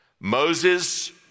Moses